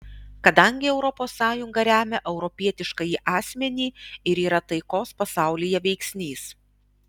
kadangi europos sąjunga remia europietiškąjį asmenį ir yra taikos pasaulyje veiksnys